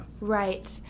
Right